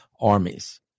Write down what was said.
armies